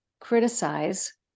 criticize